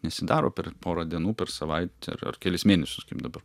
nesidaro per porą dienų per savaitę ar ar kelis mėnesius kaip dabar